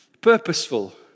Purposeful